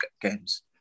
games